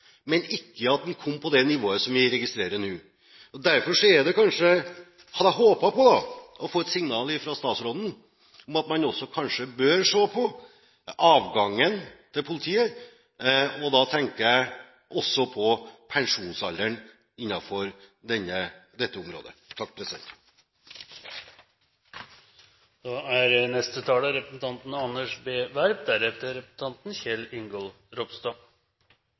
men ikke at den skulle komme på det nivået som vi registrerer nå. Derfor hadde jeg håpet å få et signal fra statsråden om at man kanskje bør se på avgangen i politiet, og da tenker jeg også på pensjonsalderen innenfor dette området. Først takk